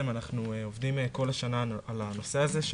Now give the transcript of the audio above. אנחנו עובדים כל השנה על הנושא הזה,